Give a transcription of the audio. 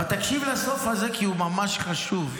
אבל תקשיב לסוף הזה, כי הוא ממש חשוב.